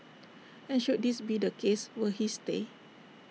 and should this be the case will he stay